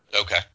Okay